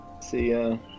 see